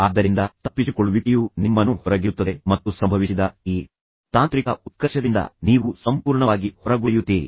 ಆದ್ದರಿಂದ ತಪ್ಪಿಸಿಕೊಳ್ಳುವಿಕೆಯು ನಿಮ್ಮನ್ನು ಹೊರಗಿಡುತ್ತದೆ ಮತ್ತು ಸಂಭವಿಸಿದ ಈ ತಾಂತ್ರಿಕ ಉತ್ಕರ್ಷದಿಂದ ನೀವು ಸಂಪೂರ್ಣವಾಗಿ ಹೊರಗುಳಿಯುತ್ತೀರಿ